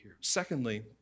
Secondly